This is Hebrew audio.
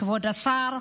כבוד השר,